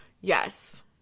yes